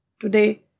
Today